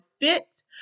fit